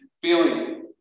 feeling